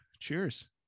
cheers